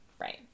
right